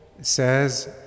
says